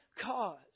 cause